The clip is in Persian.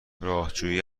راهجویی